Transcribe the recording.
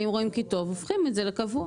ואם רואים כי טוב הופכים את זה לקבוע.